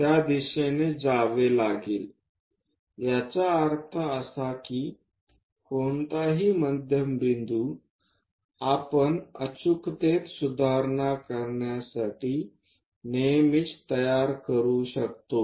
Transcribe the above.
त्या दिशेने जावे लागेल याचा अर्थ असा की कोणतीही मध्यम बिंदू आपण अचूकतेत सुधारण्यासाठी नेहमीच ती तयार करू शकतो